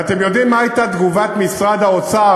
ואתם יודעים מה הייתה תגובת משרד האוצר,